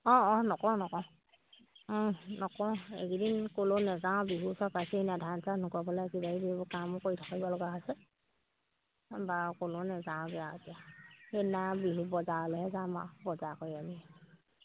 অঁ অঁ নকওঁ নকওঁ নকওঁ এইকেইদিন ক'লৈও নাযাওঁ বিহু ওচৰ পাইছেহিনে ধান চান শুকুৱাব লাগে সেইবোৰ কিবা কিবি কামো কৰি থাকিব লগা হৈছে বাৰু ক'লৈও নাযাওগৈ আৰু সেইদিনা বিহু বজাৰলৈহে যাম আৰু বজাৰ কৰি আনি